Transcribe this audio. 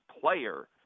player